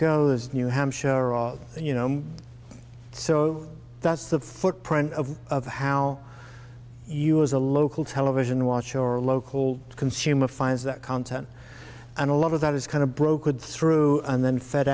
go the new hampshire you know so that's the footprint of of how you as a local television watch or a local consumer finds that content and a lot of that is kind of brokered through and then